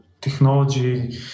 technology